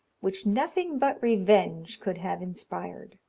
which nothing but revenge could have inspired,